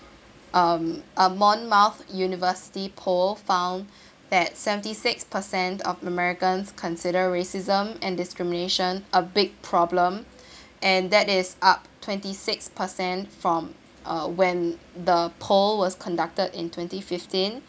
um a monmouth university poll found that seventy six percent of americans consider racism and discrimination a big problem and that is up twenty six percent from uh when the poll was conducted in twenty fifteen